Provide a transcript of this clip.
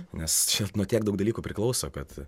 nes čia nuo tiek daug dalykų priklauso kad